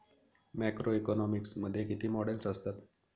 Macroeconomics मध्ये किती models असतात?